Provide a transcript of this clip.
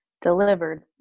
delivered